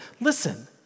listen